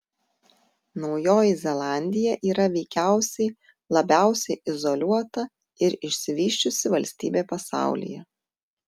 naujoji zelandija yra veikiausiai labiausiai izoliuota ir išsivysčiusi valstybė pasaulyje